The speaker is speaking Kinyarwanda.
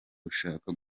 ushaka